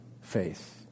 faith